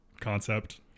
concept